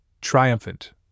triumphant